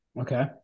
Okay